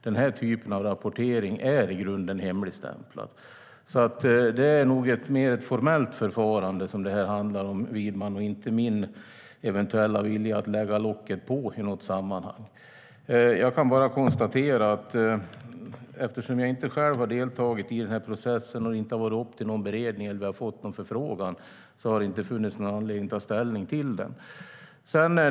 Den här typen av rapportering är i grunden hemligstämplad. Detta handlar nog mer om ett formellt förfarande, Widman, och inte om min eventuella vilja att lägga locket på i något sammanhang. Jag kan bara konstatera att eftersom jag inte själv har deltagit i den här processen och det inte har varit uppe för någon beredning och vi inte har fått någon förfrågan har det inte funnits någon anledning att ta ställning till det.